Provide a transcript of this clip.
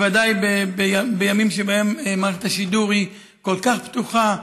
בוודאי בימים שבהם מערכת השידור כל כך פתוחה,